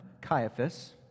Caiaphas